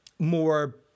more